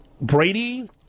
Brady